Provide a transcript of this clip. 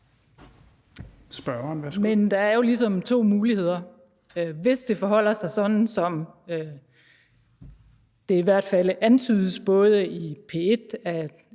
Men der er jo ligesom to muligheder. Hvis det forholder sig sådan, som det i hvert fald både antydes i P1